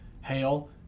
hail